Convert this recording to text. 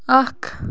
اَکھ